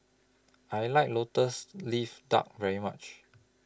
I like Lotus Leaf Duck very much